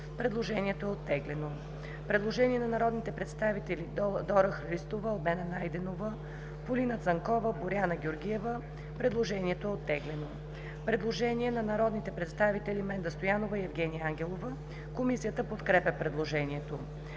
Предложението е оттеглено. Предложение на народните представители Дора Христова, Албена Найденова, Полина Цанкова, Боряна Георгиева. Предложението е оттеглено. Предложение на народните представители Менда Стоянова и Евгения Ангелова. Комисията подкрепя предложението.